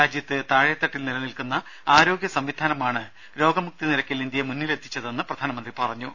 രാജ്യത്ത് താഴേതട്ടിൽ നിലനിൽക്കുന്ന ആരോഗ്യ സംവിധാനമാണ് രോഗമുക്തി നിരക്കിൽ ഇന്ത്യയെ മുന്നിലെത്തിച്ചതെന്ന് പ്രധാനമന്ത്രി പറഞ്ഞു